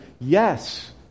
yes